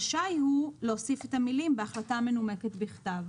רשאי הוא.." להוסיף את המילים "בהחלטה מנומקת בכתב".